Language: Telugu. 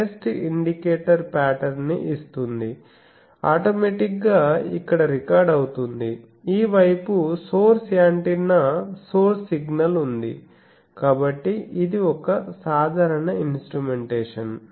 టెస్ట్ ఇండికేటర్ పాటర్న్ ని ఇస్తుంది ఆటోమేటిక్ గా ఇక్కడ రికార్డ్ అవుతోంది ఈ వైపు సోర్స్ యాంటెన్నా సోర్స్ సిగ్నల్ ఉంది కాబట్టి ఇది ఒక సాధారణ ఇన్స్ట్రుమెంటేషన్